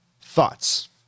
thoughts